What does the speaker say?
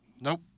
Nope